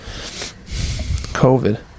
COVID